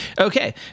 okay